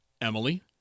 Emily